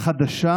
חדשה